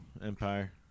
Empire